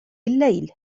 الليل